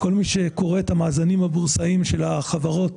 כל מי שקורא את המאזנים הבורסאיים של החברות